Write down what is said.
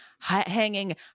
hanging